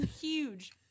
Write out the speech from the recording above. Huge